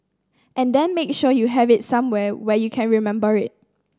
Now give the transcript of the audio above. and then make sure you have it somewhere where you can remember it